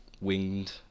winged